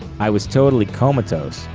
i was totally comatose,